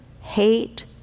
hate